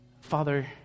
Father